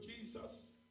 Jesus